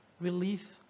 relief